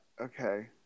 okay